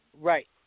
Right